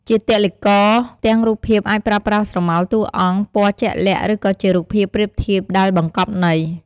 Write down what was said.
ជាទឡ្ហីករណ៍ ផ្ទាំងរូបភាពអាចប្រើប្រាស់ស្រមោលតួអង្គ ពណ៌ជាក់លាក់ ឬក៏ជារូបភាពប្រៀបធៀបដែលបង្កប់ន័យ ។